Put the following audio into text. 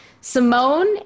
Simone